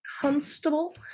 constable